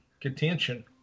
contention